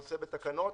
נעשה בתקנות.